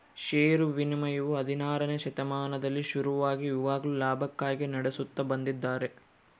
ಷೇರು ವಿನಿಮಯವು ಹದಿನಾರನೆ ಶತಮಾನದಲ್ಲಿ ಶುರುವಾಗಿ ಇವಾಗ್ಲೂ ಲಾಭಕ್ಕಾಗಿ ನಡೆಸುತ್ತ ಬಂದಿದ್ದಾರೆ